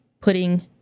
putting